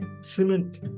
cement